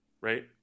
right